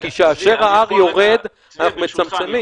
כי כאשר ה-R יורד אנחנו מצמצמים --- אני